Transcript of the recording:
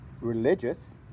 religious